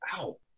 ow